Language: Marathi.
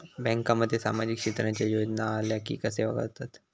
बँकांमध्ये सामाजिक क्षेत्रांच्या योजना आल्या की कसे कळतत?